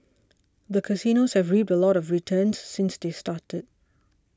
the casinos have reaped a lot of returns since they started